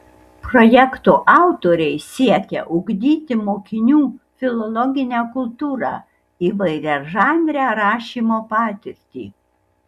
projekto autoriai siekia ugdyti mokinių filologinę kultūrą įvairiažanrę rašymo patirtį